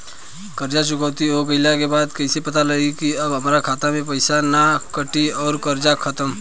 कर्जा चुकौती हो गइला के बाद कइसे पता लागी की अब हमरा खाता से पईसा ना कटी और कर्जा खत्म?